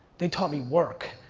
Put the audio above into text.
they taught me work.